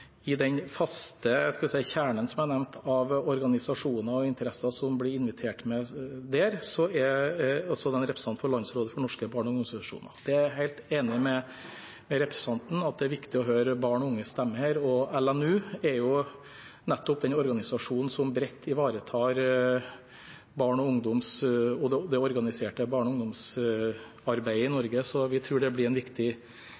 i den faste – skal vi si – kjernen, som jeg nevnte, av organisasjoner og interesser som blir invitert med der, er det også da en representant for Landsrådet for Norges barne- og ungdomsorganisasjoner. Det er jeg helt enig med representanten i, at det er viktig å høre barn og unges stemme her, og LNU er jo nettopp den organisasjonen som bredt ivaretar det organiserte barne- og ungdomsarbeidet i Norge, så vi tror det blir en viktig deltaker i